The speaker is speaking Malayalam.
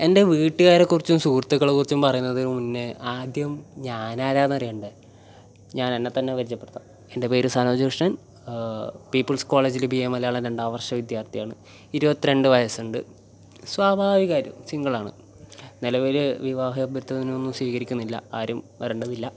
എൻ്റെ വീട്ടുകാരെക്കുറിച്ചും സുഹൃത്തുക്കളെക്കുറിച്ചും പറയുന്നതിന് മുന്നേ ആദ്യം ഞാൻ ആരാണെന്ന് അറിയേണ്ടേ ഞാൻ എന്നെ തന്നെ പരിചയപ്പെടുത്താം എൻ്റെ പേര് സനോജ് കൃഷ്ണൻ പീപ്പിൾസ് കോളേജിൽ ബി എ മലയാളം രണ്ടാം വർഷം വിദ്യാർഥിയാണ് ഇരുപത്തിരണ്ട് വയസ്സുണ്ട് സ്വാഭാവികം ആയിട്ടും സിംഗിൾ ആണ് നിലവിൽ വിവാഹ അഭ്യർഥനയൊന്നും സ്വീകരിക്കുന്നില്ല ആരും വരേണ്ടതില്ല